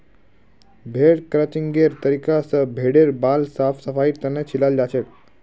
भेड़ क्रचिंगेर तरीका स भेड़ेर बाल साफ सफाईर तने छिलाल जाछेक